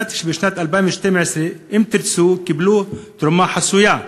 מצאתי שבשנת 2012 "אם תרצו" קיבלו תרומה חסויה.